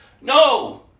No